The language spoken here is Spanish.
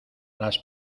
las